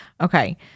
okay